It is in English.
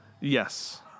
Yes